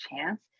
chance